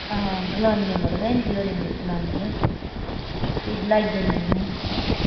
आं गलानै मड़ो भैन जी होरें गी बी गलाने भी गलाई औने